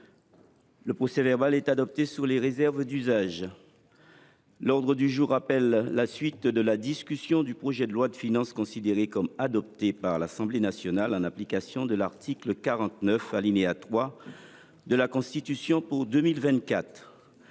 Le procès verbal est adopté sous les réserves d’usage. L’ordre du jour appelle la suite de la discussion du projet de loi de finances pour 2024, considéré comme adopté par l’Assemblée nationale en application de l’article 49, alinéa 3, de la Constitution (projet